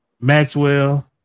Maxwell